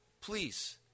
please